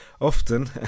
often